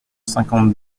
cinquante